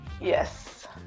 Yes